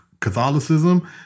Catholicism